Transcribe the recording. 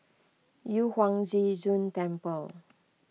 Yu Huang Zhi Zun Temple